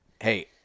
Hey